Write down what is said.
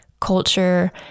culture